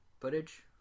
footage